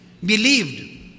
believed